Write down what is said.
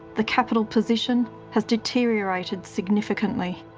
the capital position has deteriorated significantly.